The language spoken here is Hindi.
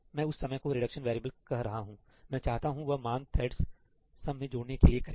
मैं उस सम को रिडक्शन वेरिएबल कह रहा हूं मैं चाहता हूं वह मान थ्रेडस सम मे जोड़ने के लिए करें